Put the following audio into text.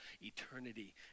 eternity